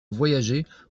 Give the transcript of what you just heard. voyager